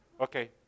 Okay